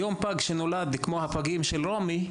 היום פג שנולד כמו הפגים של רומי,